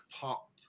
pop